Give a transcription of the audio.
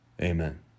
Amen